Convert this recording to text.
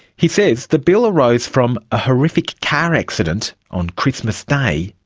he says the bill arose from a horrific car accident on christmas day,